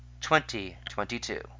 2022